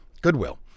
Goodwill